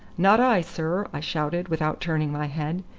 not i, sir, i shouted without turning my head,